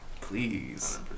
please